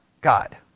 God